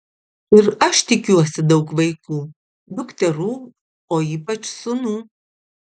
ir aš tikiuosi daug vaikų dukterų o ypač sūnų